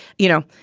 you know,